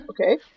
Okay